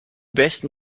besten